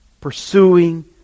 pursuing